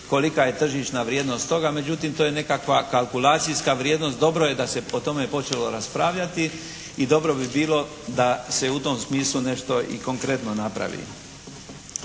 kolika je tržišna vrijednost toga. Međutim to je nekakva kalkulacijska vrijednost. Dobro je da se po tome počelo raspravljati i dobro bi bilo da se u tom smislu nešto i konkretno napravi.